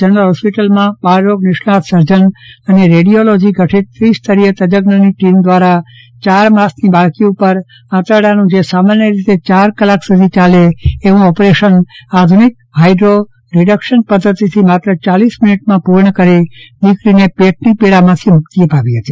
general હોસ્પિટલમાં બાળરોગ નિષ્ણાંત સર્જન અને રેડિયોલોજી ગઠિત ત્રિસ્તરીય તજ જ્ઞની ટીમ દ્વારા ચાર માસની બાળકી ઉપર આંતરડાનું જે સામાન્ય રીતે ચાર કલાક સુધી યાલે એવું ઓપરેશન આધુનિક હાઇડ્રી રીડકશન પદ્ધતિથી માત્ર ચાલીસ મીનીટમાં પૂર્ણ કરી દીકરીને પેટની પીડામાંથી મુક્તિ અપાવી હતી